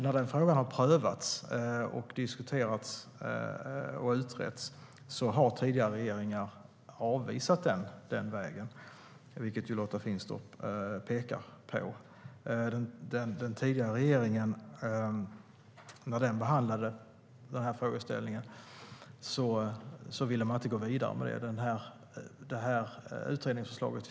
När frågan har prövats, diskuterats och utretts har tidigare regeringar avvisat den vägen, vilket Lotta Finstorp pekar på. När den tidigare regeringen behandlade den här frågan ville man inte gå vidare med utredningsförslaget.